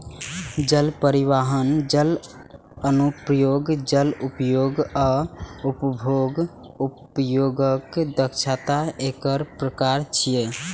जल परिवहन, जल अनुप्रयोग, जल उपयोग आ उपभोग्य उपयोगक दक्षता एकर प्रकार छियै